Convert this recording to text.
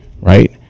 Right